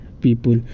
people